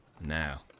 Now